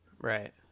Right